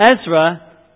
Ezra